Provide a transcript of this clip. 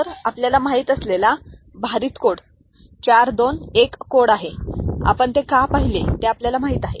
तर हा आपल्याला माहित असलेला भारित कोड 4 2 1 कोड आहे आणि आपण ते का पाहिले आहे हे आपल्याला माहित आहे